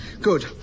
Good